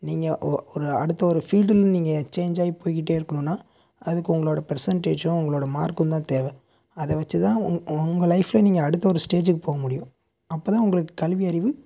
நீங்கள் ஓ ஒரு அடுத்த ஒரு ஃபீல்ட்டில் நீங்கள் எக்ஸ்ச்சேஞ்ச் ஆகி போயிகிட்டே இருக்குணுனால் அதுக்கு உங்களோட பெர்சன்டேஜ்ஜூம் உங்களோட மார்க்கும்தான் தேவை அதை வச்சுதான் உங்கள் உங்கள் லைஃப்பில் நீங்கள் அடுத்த ஒரு ஸ்டேஜ்க்கு போகமுடியும் அப்போதான் உங்களுக்கு கல்வி அறிவு